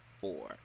four